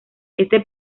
este